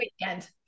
weekend